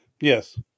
Yes